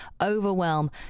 overwhelm